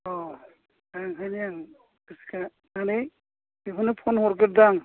अ बेनिखायनो आं गोसोखांनानै नोंखौनो फन हरग्रोदों आं